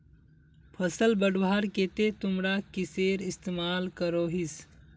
फसल बढ़वार केते तुमरा किसेर इस्तेमाल करोहिस?